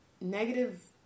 negative